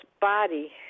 body